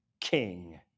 king